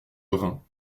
reins